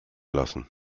lassen